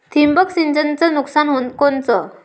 ठिबक सिंचनचं नुकसान कोनचं?